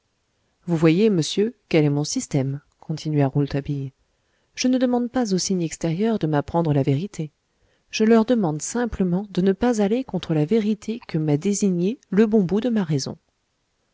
vous voyez monsieur quel est mon système continua rouletabille je ne demande pas aux signes extérieurs de m'apprendre la vérité je leur demande simplement de ne pas aller contre la vérité que m'a désignée le bon bout de ma raison